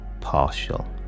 partial